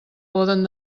poden